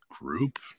group